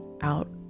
out